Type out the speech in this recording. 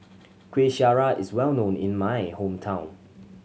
Kueh Syara is well known in my hometown